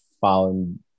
found